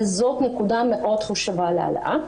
אבל זאת נקודה מאוד חשובה להלאה.